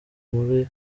muri